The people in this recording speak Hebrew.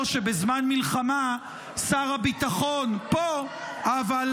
שבזמן מלחמה שר הביטחון פה ----- טוב,